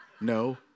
No